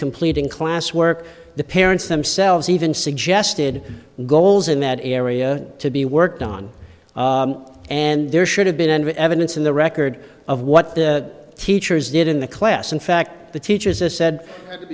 completing class work the parents themselves even suggested goals in that area to be worked on and there should have been any evidence in the record of what the teachers did in the class in fact the teachers a said